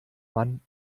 mann